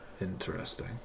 interesting